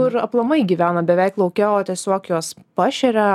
kur aplamai gyvena beveik lauke o tiesiog juos pašeria